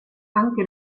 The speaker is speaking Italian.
anche